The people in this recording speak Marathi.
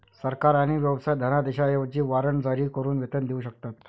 सरकार आणि व्यवसाय धनादेशांऐवजी वॉरंट जारी करून वेतन देऊ शकतात